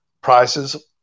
prices